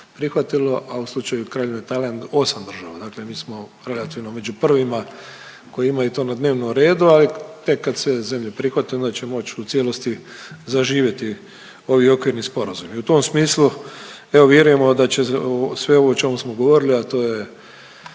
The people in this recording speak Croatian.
prihvatilo, a u slučaju Kraljevine Tajland 8 država. Dakle, mi smo relativno među prvima koji imaju to na dnevnom redu, ali tek kad sve zemlje prihvate onda će moći u cijelosti zaživjeti ovi okvirni sporazumi. U tom smislu evo vjerujemo da će sve ovo o čemu smo govorili, a to je